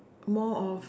more of